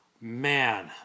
man